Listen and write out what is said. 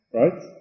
right